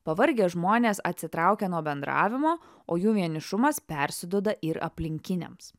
pavargę žmonės atsitraukia nuo bendravimo o jų vienišumas persiduoda ir aplinkiniams